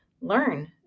learn